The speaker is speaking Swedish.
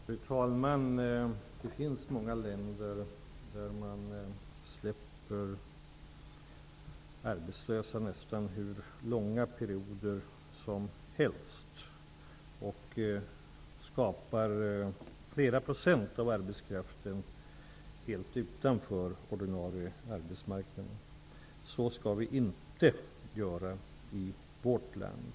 Fru talman! Det finns många länder där man låter människor gå arbetslösa nästan hur långa perioder som helst. Flera procent av arbetskraften kommer då helt utanför den ordinarie arbetsmarknaden. Så skall vi inte göra i vårt land.